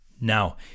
Now